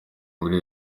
muri